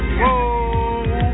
whoa